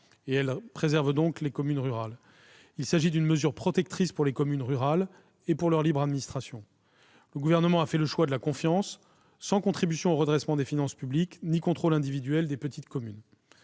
collectivités les plus grandes. Il s'agit d'une mesure protectrice pour les communes rurales et pour leur libre administration. Le Gouvernement a fait le choix de la confiance, sans contribution au redressement des finances publiques ni contrôle individuel des petites communes.